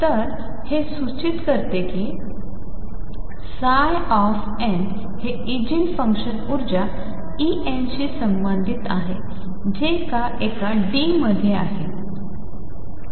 तर हे सूचित करते की ψ n हे ईजीन फंक्शन उर्जा En शी संबंधित आहे जे कि एका d मध्ये आहे